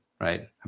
right